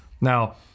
Now